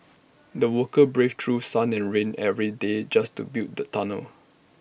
the workers braved through sun and rain every day just to build the tunnel